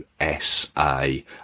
USA